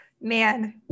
Man